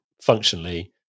functionally